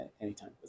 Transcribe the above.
anytime